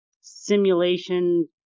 simulation